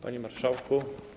Panie Marszałku!